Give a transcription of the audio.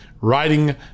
writing